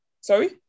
sorry